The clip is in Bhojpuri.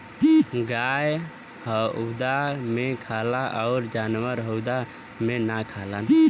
गाय हउदा मे खाला अउर जानवर हउदा मे ना खालन